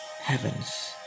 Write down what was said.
heavens